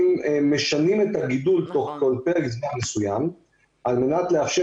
משנים את הגידול תוך זמן מסוים על מנת לאפשר